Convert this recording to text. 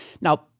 Now